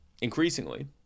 increasingly